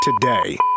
today